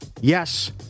Yes